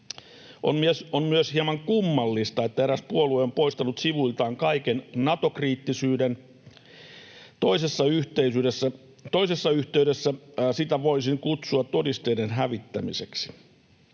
On myös hieman kummallista, että eräs puolue on poistanut sivuiltaan kaiken Nato-kriittisyyden. Toisessa yhteydessä sitä voisi kutsua todisteiden hävittämiseksi.